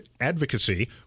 advocacy